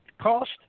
cost